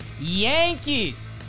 Yankees